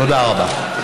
תודה רבה.